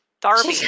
Darby